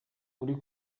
uri